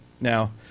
Now